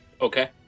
Okay